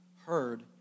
heard